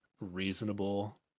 reasonable